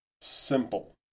simple